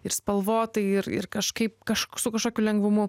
ir spalvotai ir ir kažkaip kažkaip su kažkokiu lengvumu